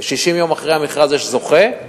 ו-60 יום אחרי המכרז יש זוכה,